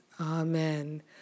Amen